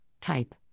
type